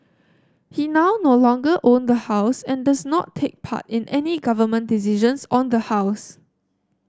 he now no longer own the house and does not take part in any Government decisions on the house